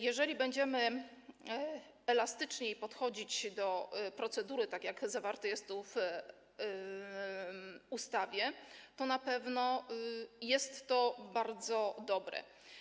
Jeżeli będziemy elastyczniej podchodzić do procedury, tak jak zawarte jest to tu w ustawie, to na pewno będzie to bardzo dobre.